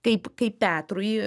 kaip kaip petrui